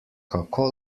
kako